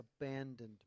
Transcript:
abandoned